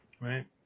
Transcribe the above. right